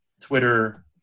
Twitter